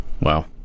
Wow